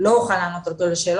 אז לא אוכל לענות על כל השאלות,